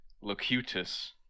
Locutus